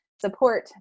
support